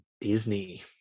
Disney